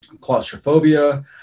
claustrophobia